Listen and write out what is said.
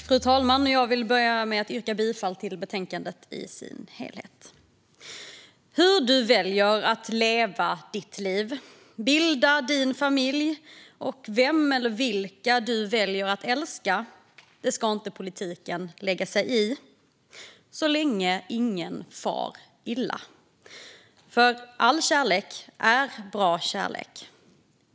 Fru talman! Jag börjar med att yrka bifall till förslaget i betänkandet i dess helhet. Hur man väljer att leva sitt liv och bilda sin familj och vem eller vilka man väljer att älska ska politiken inte lägga sig i, så länge ingen far illa. All kärlek är nämligen bra kärlek.